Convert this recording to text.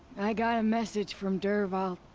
i got a message from dervahl.